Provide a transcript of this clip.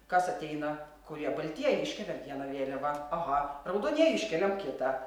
kas ateina kurie baltieji iškeliam vieną vėliavą aha raudonieji iškeliam kitą